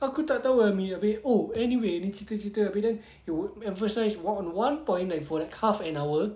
aku tak tahu lah abeh oh anyway dia cerita cerita abeh then he emphasise one one point for that half an hour